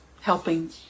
helping